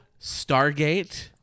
stargate